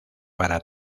para